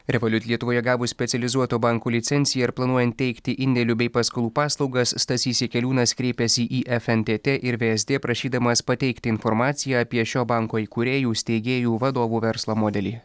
revolut lietuvoje gavus specializuoto banko licenciją ir planuojant teikti indėlių bei paskolų paslaugas stasys jakeliūnas kreipėsi į fntt ir vsd prašydamas pateikti informaciją apie šio banko įkūrėjų steigėjų vadovų verslo modelį